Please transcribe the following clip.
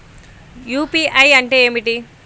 UPI అంటే ఏమిటి?